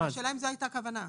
השאלה אם זאת הכוונה?